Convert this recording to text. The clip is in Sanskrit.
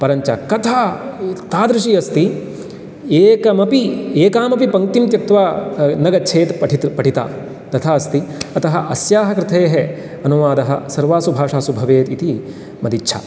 परञ्च कथा तादृशी अस्ति एकमपी एकामपि पङ्क्तिं त्यक्त्वा न गच्छेत् पठिता तथा अस्ति अतः अस्याः कृते अनुवादः सर्वासु भाषासु भवेत् इति मदिच्छा